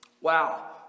Wow